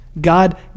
God